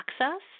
access